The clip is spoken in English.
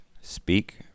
Speak